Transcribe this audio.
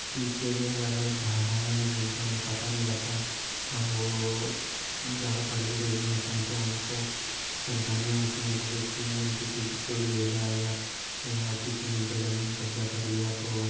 चीज़ के लिए अलग अलग धाराएँ हैं जिनका उन्हें पता नहीं रहता और वो ज़्यादा पढ़े लिखे भी नहीं होते हैं तो उनको परेशानियाँ होती हैं जैसे कि उनकी कुछ चोरी हो जाए या या किसी ने उनकी ज़मीन कब्ज़ा कर लिया तो